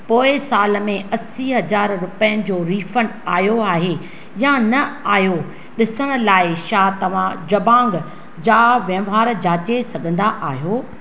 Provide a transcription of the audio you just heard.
पोए साल में असी हज़ार रुपियनि जो रीफंड आयो आहे या न आयो ॾिसण लाइ छा तव्हां जबोंग जा वहिंवार जांचे सघंदा आहियो